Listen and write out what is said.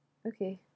okay